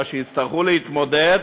אשר יצטרכו להתמודד